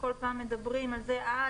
וכל פעם מדברים על זה: אה,